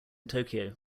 tokyo